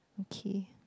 okay